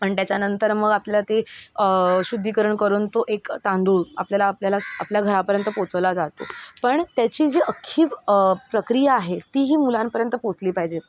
अण त्याच्यानंतर मग आपल्या ते शुद्धीकरण करून तो एक तांदूळ आपल्याला आपल्याला आपल्या घरापर्यंत पोचवला जातो पण त्याची जी अखी प्रक्रिया आहे तीही मुलांपर्यंत पोचली पायजे